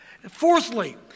Fourthly